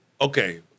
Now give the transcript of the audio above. Okay